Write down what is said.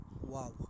Wow